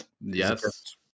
yes